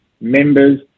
members